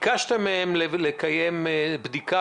ביקשתם מהם לעבור בדיקה